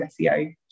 SEO